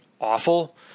awful